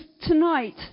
Tonight